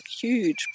huge